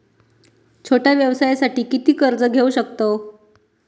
छोट्या व्यवसायासाठी किती कर्ज घेऊ शकतव?